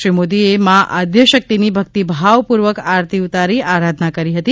શ્રી મોદીએ માં આદ્યશક્તિની ભક્તિભાવપૂર્વક આરતી ઉતારી આરાધના કરી હતી